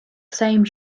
same